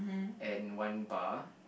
and one bar